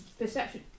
perception